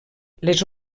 les